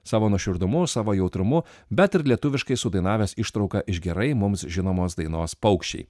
savo nuoširdumu savo jautrumu bet ir lietuviškai sudainavęs ištrauką iš gerai mums žinomos dainos paukščiai